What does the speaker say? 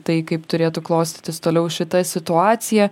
tai kaip turėtų klostytis toliau šita situacija